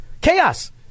Chaos